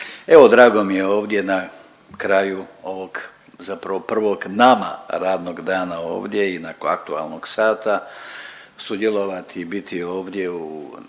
Evo drago mi je ovdje na kraju ovog zapravo prvog nama radnog dana ovdje i nakon aktualnog sata sudjelovati i biti ovdje u